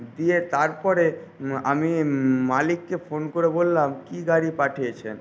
দিয়ে তারপরে আমি মালিককে ফোন করে বললাম কি গাড়ি পাঠিয়েছেন